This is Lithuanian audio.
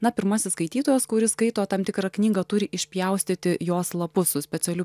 na pirmasis skaitytojas kuris skaito tam tikrą knyga turi išpjaustyti jos lapus su specialiu